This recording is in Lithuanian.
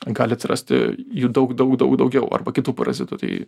gali atsirasti jų daug daug daug daugiau arba kitų parazitų tai